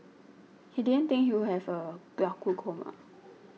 he didn't think he would have a